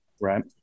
Right